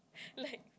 like